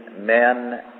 men